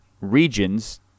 regions